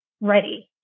ready